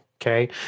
okay